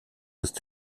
ist